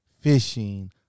fishing